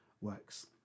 works